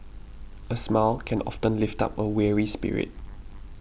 a smile can often lift up a weary spirit